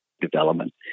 development